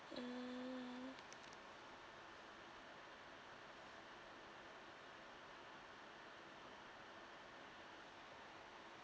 mm